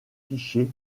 fichiers